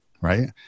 right